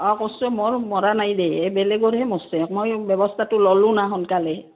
অঁ কৰছে মোৰ মৰা নাই দেই এই বেলেগৰহে মৰছে মই ব্যৱস্থাটো ল'লোঁ না সোনকালে